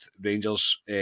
Rangers